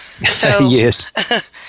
Yes